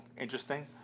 interesting